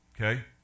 Okay